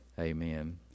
Amen